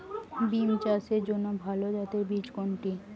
বিম চাষের জন্য ভালো জাতের বীজ কোনটি?